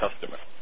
customer